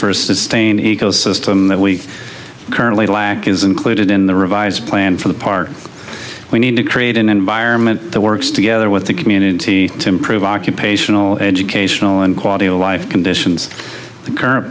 first sustained ecosystem that we currently lack is included in the revised plan for the park we need to create an environment that works together with the community to improve occupational educational and quality of life conditions the current